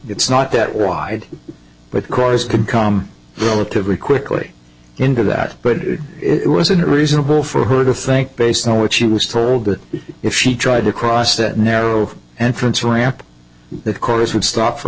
it's not that wide but of course could come relatively quickly into that but it wasn't reasonable for her to think based on what she was told that if she tried to cross that narrow entrance ramp the course would stop for